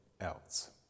else